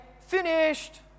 finished